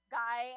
guy